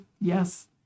yes